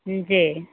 जी